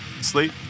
Sleep